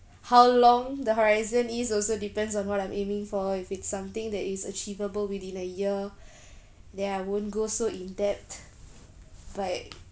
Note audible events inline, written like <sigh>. how long the horizon is also depends on what I'm aiming for if it's something that is achievable within a year <breath> then I won't go so in depth but